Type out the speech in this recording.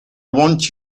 want